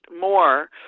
more